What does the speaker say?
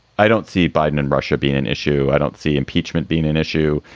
i don't see biden in russia being an issue. i don't see impeachment being an issue.